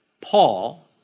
Paul